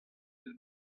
eus